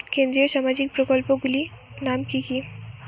কেন্দ্রীয় সামাজিক প্রকল্পগুলি নাম কি কি?